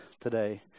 today